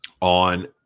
on